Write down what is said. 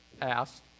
asked